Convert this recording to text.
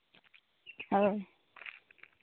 ᱦᱳᱭ